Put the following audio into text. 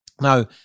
Now